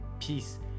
peace